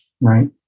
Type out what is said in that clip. right